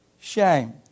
shame